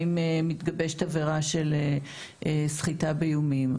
האם מתגבשת עבירה של סחיטה באיומים.